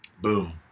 Boom